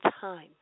Time